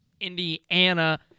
Indiana